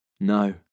No